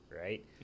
right